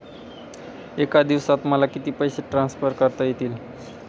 एका दिवसात मला किती पैसे ट्रान्सफर करता येतील?